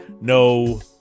No